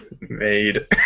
made